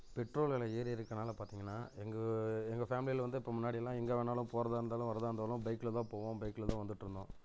petrol வெலை ஏறி இருக்கனால பார்த்திங்கனா எங்கள் எங்கள் ஃபேம்லியில் வந்து இப்போ முன்னாடி எல்லாம் எங்கே வேணுனாலும் போகிறதா இருந்தாலும் வர்றதாக இருந்தாலும் பைக்கில் தான் போவோம் பைக்கில் தான் வந்துட்டு இருந்தோம்